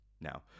Now